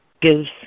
gives